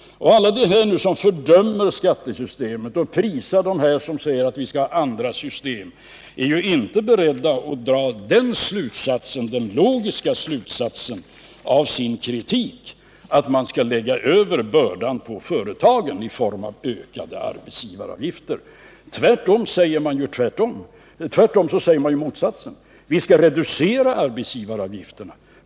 Alla de som nu fördömer skattesystemet och prisar dem som säger att vi skall ha andra system är ju inte beredda att dra den logiska slutsatsen av sin kritik — att man skall lägga över bördan på företagen i form av ökade arbetsgivaravgifter. Man säger ju motsatsen: att vi skall reducera arbetsgivaravgifterna.